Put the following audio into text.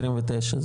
2029,